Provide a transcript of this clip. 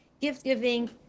gift-giving